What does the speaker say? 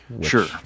Sure